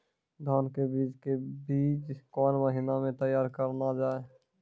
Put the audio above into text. धान के बीज के बीच कौन महीना मैं तैयार करना जाए?